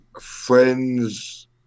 friends